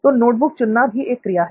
तो नोटबुक चुनना भी एक क्रिया है